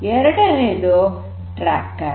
ಎರಡನೆಯದು ಟ್ರಾಕರ್